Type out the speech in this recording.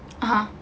(uh huh)